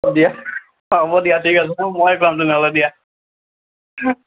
হ'ব দিয়া হ'ব দিয়া ঠিক আছে মই খুৱাম তেনেহ'লে দিয়া